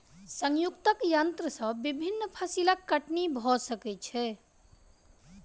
संयुक्तक यन्त्र से विभिन्न फसिलक कटनी भ सकै छै